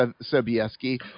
Sobieski